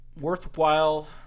worthwhile